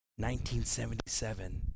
1977